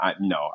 no